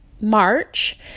March